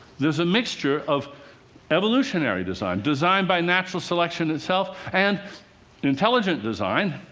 there's a mixture of evolutionary design designed by natural selection itself and intelligent design